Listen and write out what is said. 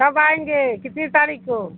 کب آئیں گے کتنی تاریخ کو